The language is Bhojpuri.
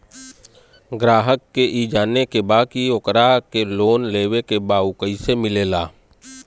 ग्राहक के ई जाने के बा की ओकरा के लोन लेवे के बा ऊ कैसे मिलेला?